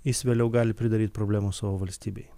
jis vėliau gali pridaryt problemų savo valstybei